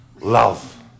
love